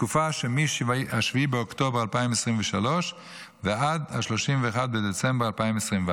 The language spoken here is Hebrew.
בתקופה שמ-7 באוקטובר 2023 ועד 31 בדצמבר 2024,